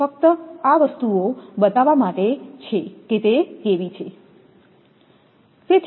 ફક્ત આ વસ્તુઓ બતાવવા માટે છે કે તે કેવી છે